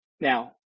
Now